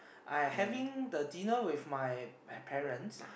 I having the dinner with my pa~ parents